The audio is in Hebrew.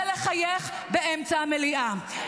זה לחייך באמצע המליאה.